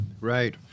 Right